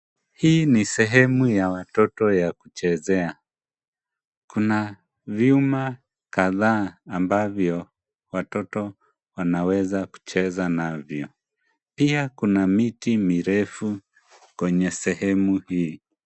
Hii ni sehemu ya watoto ya kuchezea. Kuna vyuma kadhaa ambavyo watoto wanaweza kucheza navyo. Pia kuna miti mirefu kwenye sehemu hii.